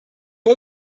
die